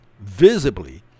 visibly